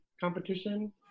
competition